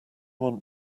want